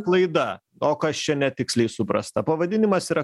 klaida o kas čia netiksliai suprasta pavadinimas yra